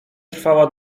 trwała